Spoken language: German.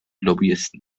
lobbyisten